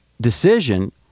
decision